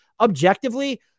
objectively